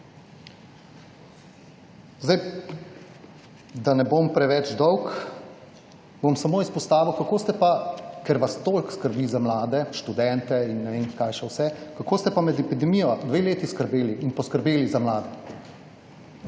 Da ne bom preveč dolg, bom izpostavil še nekaj. Kako ste pa − ker vas toliko skrbi za mlade, študente in ne vem kaj še vse − med epidemijo dve leti skrbeli in poskrbeli za mlade?